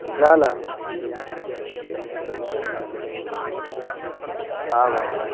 न न न आमामाम्